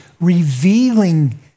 revealing